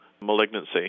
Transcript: malignancy